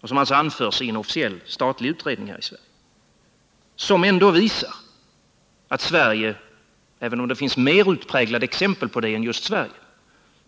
Siffrorna lämnas alltså i en officiell statlig utredning här i Sverige. Dessa siffror visar ändå att Sverige, även om det finns mer utpräglade exempel än just Sverige,